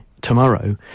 tomorrow